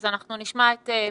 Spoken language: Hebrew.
אז אנחנו נשמע את פרופ'